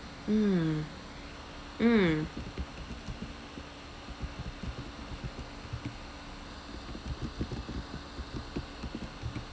mm mm